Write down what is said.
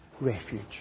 refuge